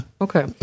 okay